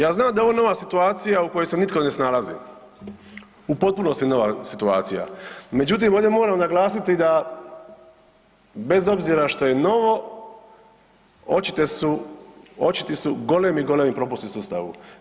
Ja znam da je ovo nova situacija u kojoj se nitko ne snalazi, u potpunosti nova situacija, međutim ovdje moramo naglasiti da bez obzira što je novo očiti su golemi, golemi propusti u sustavu.